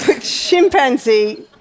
chimpanzee